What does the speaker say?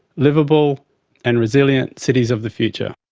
liveable and resilient cities of the future.